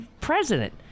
president